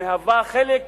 שמהווה חלק חשוב.